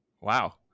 wow